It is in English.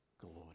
glory